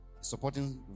Supporting